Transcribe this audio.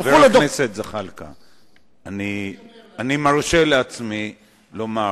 חבר הכנסת זחאלקה, אני מרשה לעצמי לומר,